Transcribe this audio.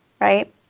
right